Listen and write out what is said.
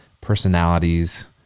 personalities